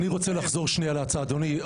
אני רוצה לחזור להצעה, אדוני.